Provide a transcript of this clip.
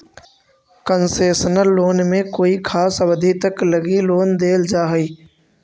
concessional loan में कोई खास अवधि तक लगी लोन देल जा हइ